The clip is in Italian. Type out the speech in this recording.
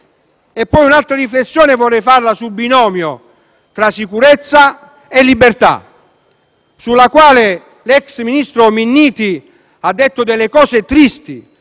un'altra riflessione sul binomio sicurezza e libertà, sul quale l'ex ministro Minniti ha detto delle cose tristi,